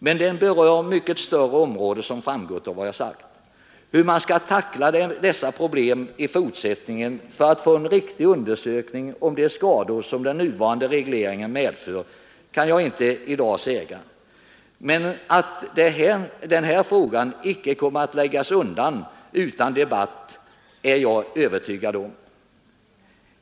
Men den berör mycket större områden, som framgått av vad jag sagt. Hur man i fortsättningen skall tackla dessa problem för att få en riktig undersökning om de skador som den nuvarande regleringen medför kan jag inte i dag säga. Men att den här frågan icke kommer att läggas undan utan debatt är jag övertygad om.